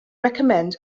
recommend